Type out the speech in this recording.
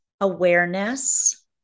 awareness